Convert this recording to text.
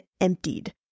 emptied